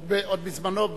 עוד בזמנו,